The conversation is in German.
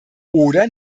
oder